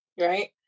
right